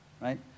right